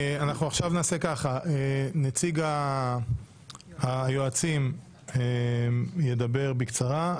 אנחנו עכשיו נעשה ככה: נציג היועצים ידבר בקצרה,